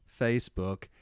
Facebook